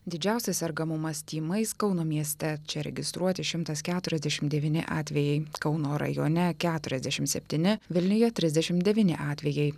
didžiausias sergamumas tymais kauno mieste čia registruoti šimtas keturiasdešimt devyni atvejai kauno rajone keturiasdešim septyni vilniuje trisdešim devyni atvejai